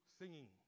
singing